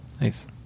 nice